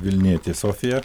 vilnietė sofija